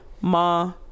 Ma